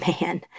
man